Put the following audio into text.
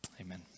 Amen